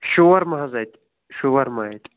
شور مہٕ حظ اَتہِ شور مَہ اَتہِ